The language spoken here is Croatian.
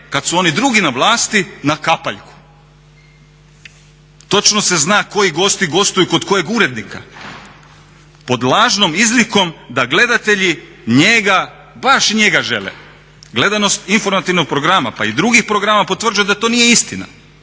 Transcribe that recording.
kada su oni drugi na vlasti na kapaljku. Točno se zna koji gosti gostuju kod kojeg urednika pod lažnom izlikom da gledatelji njega, baš njega žele. Gledanost informativnog programa pa i drugih programa potvrđuju da to nije istina.